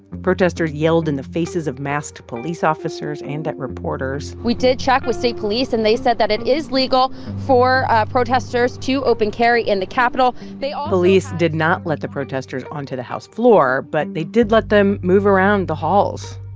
protesters yelled in the faces of masked police officers and at reporters we did check with state police, and they said that it is legal for protesters to open carry in the capitol um police did not let the protesters onto the house floor, but they did let them move around the halls,